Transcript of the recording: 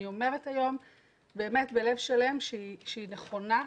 ואני אומרת היום באמת בלב שלם שהיא נכונה,